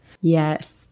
Yes